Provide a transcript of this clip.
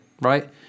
right